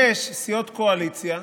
יש סיעות קואליציה,